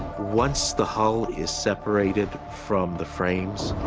once the hull is separated from the frames